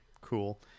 cool